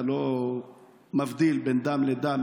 שאתה לא מבדיל בין דם לדם,